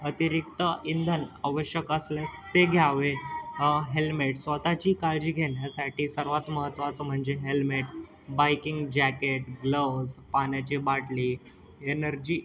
अतिरिक्त इंधन आवश्यक असल्यास ते घ्यावे हेल्मेट स्वतःची काळजी घेण्यासाठी सर्वांत महत्त्वाचं म्हणजे हेल्मेट बाइकिंग जॅकेट ग्लव्ज् पाण्याची बाटली एनर्जी